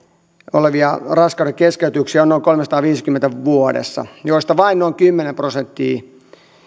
olevia raskaudenkeskeytyksiä on noin kolmessasadassaviidessäkymmenessä vuodessa joista vain noin kymmenen prosenttia